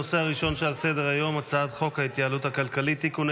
הנושא הראשון על סדר-היום: הצעת חוק ההתייעלות הכלכלית (תיקוני